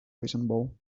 reasonable